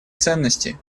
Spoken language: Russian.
ценности